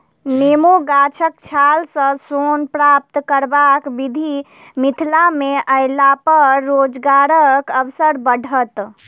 नेबो गाछक छाल सॅ सोन प्राप्त करबाक विधि मिथिला मे अयलापर रोजगारक अवसर बढ़त